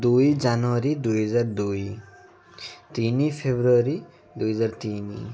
ଦୁଇ ଜାନୁଆରୀ ଦୁଇ ହଜାର ଦୁଇ ତିନି ଫେବୃଆରୀ ଦୁଇ ହଜାର ତିନି